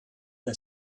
the